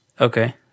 Okay